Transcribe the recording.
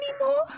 anymore